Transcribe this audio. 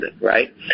right